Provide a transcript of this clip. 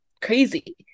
crazy